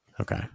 Okay